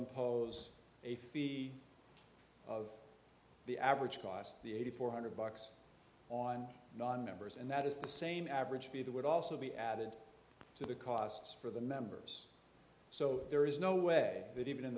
impose a fee of the average cost the eighty four hundred bucks on nonmembers and that is the same average b that would also be added to the costs for the members so there is no way that even in